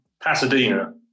Pasadena